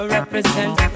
Represent